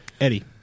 Eddie